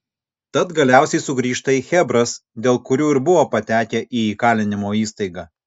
tad galiausiai sugrįžta į chebras dėl kurių ir buvo patekę į įkalinimo įstaigą